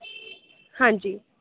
ਹਾਂਜੀ